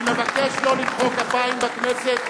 אני מבקש לא למחוא כפיים בכנסת.